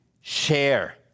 share